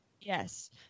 Yes